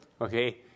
okay